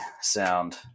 sound